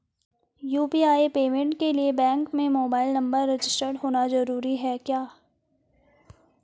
UPI payment के लिए bank में मोबाइल नंबर रजिस्टर्ड होना जरूरी है क्या?